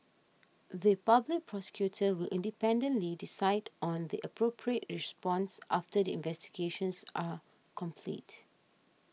the Public Prosecutor will independently decide on the appropriate response after the investigations are complete